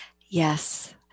Yes